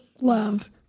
love